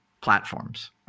platforms